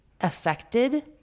affected